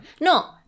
No